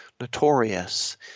Notorious